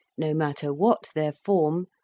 no matter what their form,